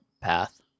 path